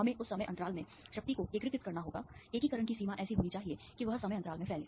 हमें उस समय अंतराल में शक्ति को एकीकृत करना होगा एकीकरण की सीमा ऐसी होनी चाहिए कि वह समय अंतराल में फैले